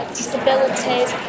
disabilities